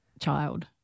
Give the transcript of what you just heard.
child